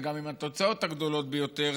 וגם עם התוצאות הגדולות ביותר,